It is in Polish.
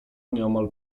nieomal